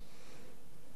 הוא דוח עבה מאוד.